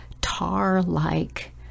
tar-like